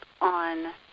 on